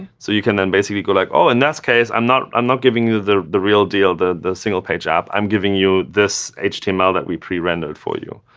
so you can then basically go, like oh, in that case, i'm not i'm not giving you the the real deal, the single page app. i'm giving you this html that we prerendered for you.